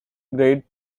grade